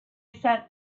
sat